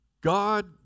God